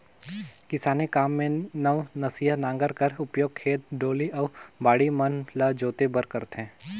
किसानी काम मे नवनसिया नांगर कर उपियोग खेत, डोली अउ बाड़ी मन ल जोते बर करथे